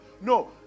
no